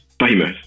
Famous